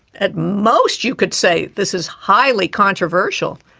at most you could say, this is highly controversial.